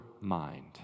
mind